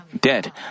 dead